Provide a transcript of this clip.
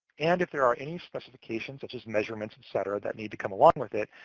and if there are any specifications, such as measurements, etc, that need to come along with it.